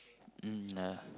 mm yeah